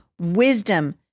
Wisdom